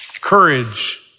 courage